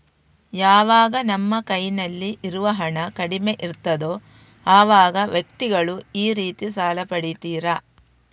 ಯಾವಾಗ ನಮ್ಮ ಕೈನಲ್ಲಿ ಇರುವ ಹಣ ಕಡಿಮೆ ಇರ್ತದೋ ಅವಾಗ ವ್ಯಕ್ತಿಗಳು ಈ ರೀತಿ ಸಾಲ ಪಡೀತಾರೆ